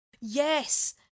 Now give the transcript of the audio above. Yes